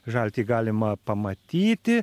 žaltį galima pamatyti